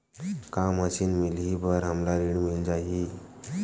का मशीन मिलही बर हमला ऋण मिल जाही?